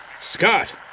Scott